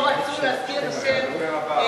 כי פה בכנסת ישראל לא רצו להזכיר את השם מנחם